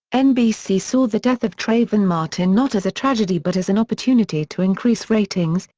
nbc saw the death of trayvon martin not as a tragedy but as an opportunity to increase ratings,